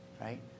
Right